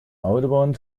autobahn